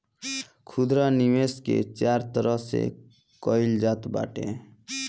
खुदरा निवेश के चार तरह से कईल जात बाटे